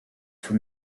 for